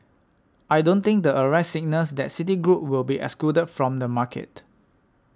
I don't think the arrest signals that Citigroup will be excluded from the market